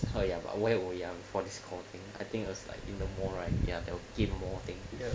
好 ya but we're we're young for this kind of thing I think is like in the more right ya they'll get more thing know